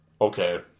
okay